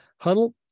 Huddle